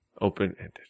open-ended